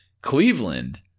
Cleveland